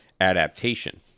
adaptation